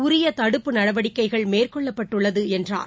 உரியதடுப்பு நடவடிக்கைகள் மேற்கொள்ளப்பட்டுள்ளதுஎன்றார்